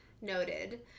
noted